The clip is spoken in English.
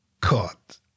caught